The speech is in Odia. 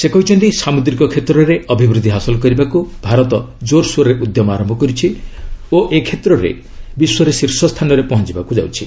ସେ କହିଛନ୍ତି ସାମୁଦ୍ରିକ କ୍ଷେତ୍ରରେ ଅଭିବୃଦ୍ଧି ହାସଲ କରିବାକୁ ଭାରତ ଜୋର୍ସୋରରେ ଉଦ୍ୟମ ଆରମ୍ଭ କରିଛି ଓ ଏ କ୍ଷେତ୍ରରେ ବିଶ୍ୱରେ ଶୀର୍ଷ ସ୍ଥାନରେ ପହଞ୍ଚିବାକୁ ଯାଉଛି